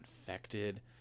infected